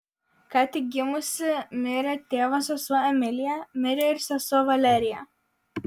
ką tik gimusi mirė tėvo sesuo emilija mirė ir sesuo valerija